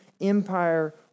empire